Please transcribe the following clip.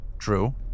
True